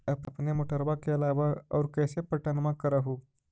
अपने मोटरबा के अलाबा और कैसे पट्टनमा कर हू?